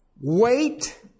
Wait